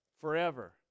forever